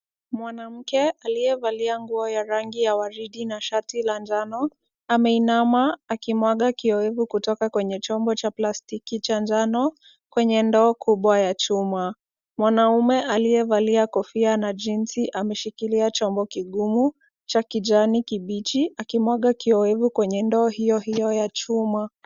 Mwanamke aliyevalia nguo ya rangi ya waridi na shati la njano, ameinama akimwaga kioevu kutoka kwenye chombo cha plastiki cha njano, kwenye ndoo kubwa ya chuma. Mwanaume aliyevalia kofia na jinsi ameshikilia chombo kigumu cha kijani kibichi, akimwaga kioevu kwenye ndoo hiyo hiyo ya chuma.